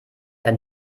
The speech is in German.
ein